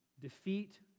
defeat